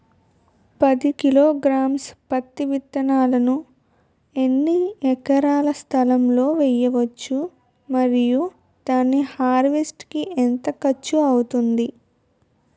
పది కిలోగ్రామ్స్ పత్తి విత్తనాలను ఎన్ని ఎకరాల స్థలం లొ వేయవచ్చు? మరియు దాని హార్వెస్ట్ కి ఎంత ఖర్చు అవుతుంది?